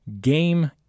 game